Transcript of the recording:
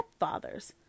Stepfathers